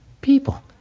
people